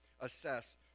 assess